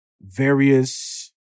various